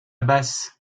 basse